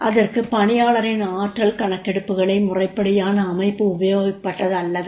அதற்கு பணியாளரின் ஆற்றல் கணக்கெடுப்புக்கான முறைப்படியான அமைப்பு உபயோகிக்கப்பட்டது அல்லவா